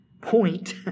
point